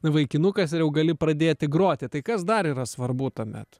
vaikinukas ir jau gali pradėti groti tai kas dar yra svarbu tuomet